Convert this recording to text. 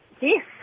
Yes